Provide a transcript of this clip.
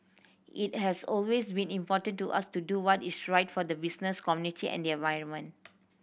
it has always been important to us to do what is right for the business community and the environment